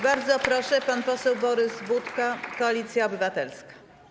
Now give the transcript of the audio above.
Bardzo proszę, pan poseł Borys Budka, Koalicja Obywatelska.